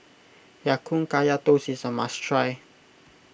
Ya Kun Kaya Toast is a must try